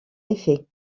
effet